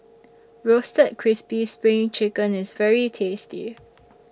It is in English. Roasted Crispy SPRING Chicken IS very tasty